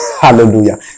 Hallelujah